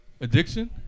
Addiction